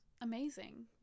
amazing